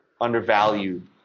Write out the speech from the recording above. undervalued